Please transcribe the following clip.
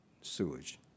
sewage